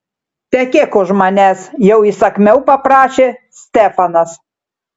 tekėk už manęs jau įsakmiau paprašė stefanas